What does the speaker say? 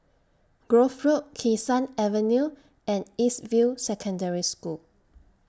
Grove Road Kee Sun Avenue and East View Secondary School